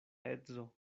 edzo